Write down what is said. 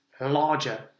larger